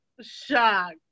shocked